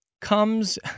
comes